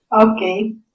Okay